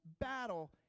battle